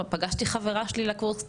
פגשתי בחברה שלי לקורס קצינים,